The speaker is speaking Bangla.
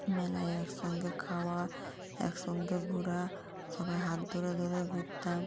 মেলায় একসঙ্গে খাওয়া একসঙ্গে ঘোরা সবাই হাত ধরে ধরে ঘুরতাম